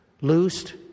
loosed